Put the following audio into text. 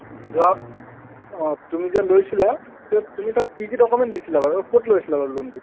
যোৱা তুমি যে লৈছিলা তুমি তাত কি কি ডকুমেণ্টছ দিছিলা বাৰু ক'ত লৈছিলা বাৰু লোনটো